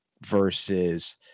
versus